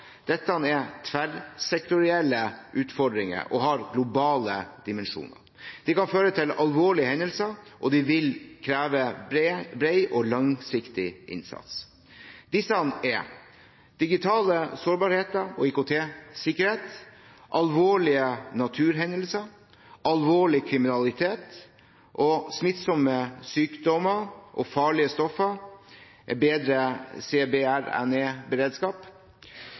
Dette er tverrsektorielle utfordringer og har globale dimensjoner. De kan føre til alvorlige hendelser, og de vil kreve bred og langsiktig innsats. Disse er: digital sårbarhet og IKT-sikkerhet alvorlige naturhendelser alvorlig kriminalitet smittsomme sykdommer og farlige stoffer – en bedre